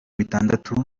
bitandatu